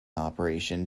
operation